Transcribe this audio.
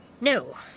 No